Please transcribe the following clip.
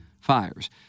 fires